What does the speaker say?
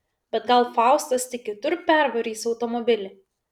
bet gal faustas tik kitur pervarys automobilį